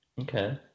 okay